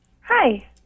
Hi